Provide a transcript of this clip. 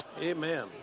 Amen